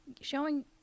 showing